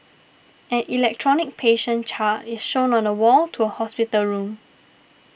an electronic patient chart is shown on the wall to a hospital room